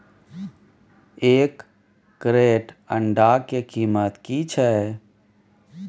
एक क्रेट अंडा के कीमत की छै?